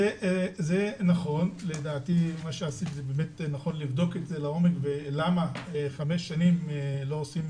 נכון לבדוק את זה לעומק ולמה חמש שנים לא עושים